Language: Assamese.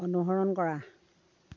অনুসৰণ কৰা